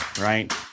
right